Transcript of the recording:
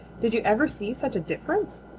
did you ever see such a difference?